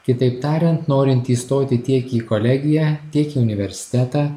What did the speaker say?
kitaip tariant norint įstoti tiek į kolegiją tiek į universitetą